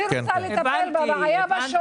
אני רוצה לטפל בשורש הבעיה.